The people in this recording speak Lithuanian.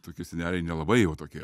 tokie seneliai nelabai jau tokie